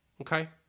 Okay